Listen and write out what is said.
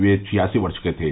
वे छियासी वर्ष के थे